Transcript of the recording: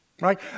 right